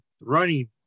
running